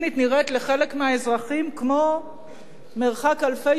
לחלק מהאזרחים כמו מרחק אלפי שנות אור.